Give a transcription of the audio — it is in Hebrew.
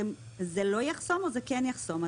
זה לא יחסום או זה כן יחסום?